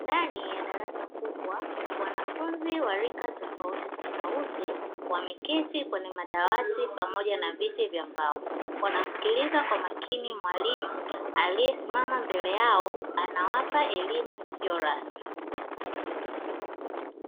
Ndani ya darasa kubwa, wanafunzi wa rika tofautitofauti wameketi kwenye madawati pamoja na viti vya mbao. Wanamsikiliza kwa makini mwalimu aliyesimama mbele yao. Anawapa elimu isiyo rasmi.